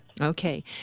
Okay